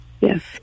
Yes